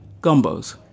gumbos